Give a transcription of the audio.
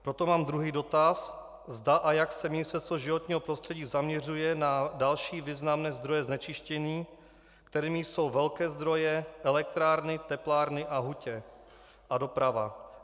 Proto mám druhý dotaz, zda a jak se Ministerstvo životního prostředí zaměřuje na další významné zdroje znečištění, kterými jsou velké zdroje elektrárny, teplárny, hutě a doprava.